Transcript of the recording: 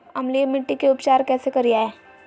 अम्लीय मिट्टी के उपचार कैसे करियाय?